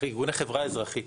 כארגוני חברה אזרחית.